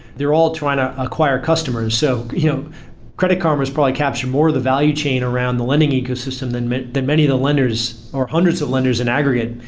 they're all trying to acquire customers. so you know credit karma has probably captured more the value chain around the lending ecosystem than many than many of the lenders are hundreds of lenders in aggregate,